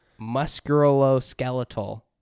Musculoskeletal